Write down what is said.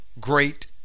great